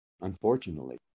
unfortunately